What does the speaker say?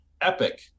epic